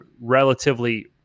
relatively